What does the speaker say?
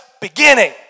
beginning